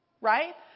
right